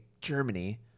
Germany